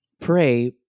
pray